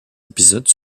épisodes